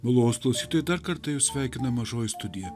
malonūs klausytojai dar kartą jus sveikina mažoji studija